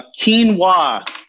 Quinoa